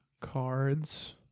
cards